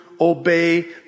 obey